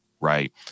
right